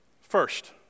First